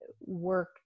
work